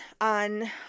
on